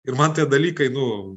ir man tie dalykai nu